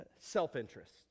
Self-interest